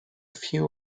few